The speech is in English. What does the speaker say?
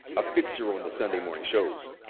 a fixture on the sunday morning shows.